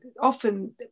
often